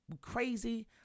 crazy